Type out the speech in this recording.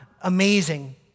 amazing